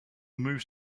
moves